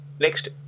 Next